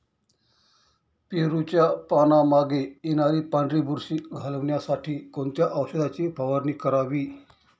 पेरूच्या पानांमागे येणारी पांढरी बुरशी घालवण्यासाठी कोणत्या औषधाची फवारणी करावी?